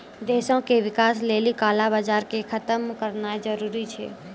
देशो के विकास लेली काला बजार के खतम करनाय जरूरी छै